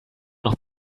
noch